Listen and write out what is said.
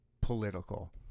political